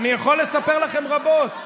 אני יכול לספר לכם רבות.